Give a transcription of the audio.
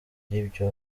by’ibyo